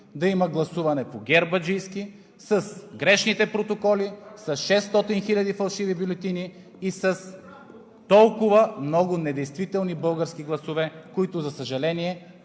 да има гласуване по гербаджийски с грешните протоколи, със 600 хиляди фалшиви бюлетини и с толкова много недействителни български гласове, които, за съжаление,